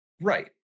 Right